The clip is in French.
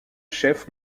chef